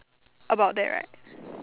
about that right